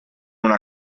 una